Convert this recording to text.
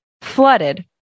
flooded